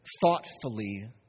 thoughtfully